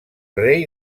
rei